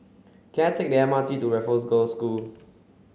can I take the M R T to Raffles Girls' School